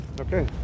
Okay